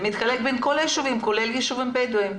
זה מתחלק בין כל הישובים, כולל ישובים בדואים.